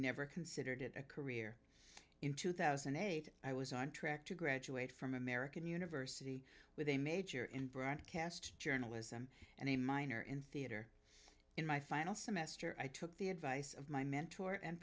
never considered it a career in two thousand and eight i was on track to graduate from american university with a major in broadcast journalism and a minor in theater in my final semester i took the advice of my mentor and